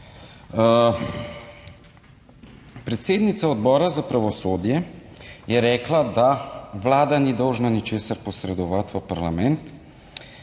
Predsednica Odbora za pravosodje je rekla, da Vlada ni dolžna ničesar posredovati v parlament,